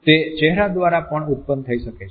તે ચહેરા દ્વારા પણ ઉત્પન્ન થઈ શકે છે